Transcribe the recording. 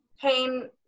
pain